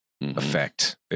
effect